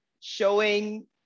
showing